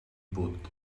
put